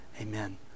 amen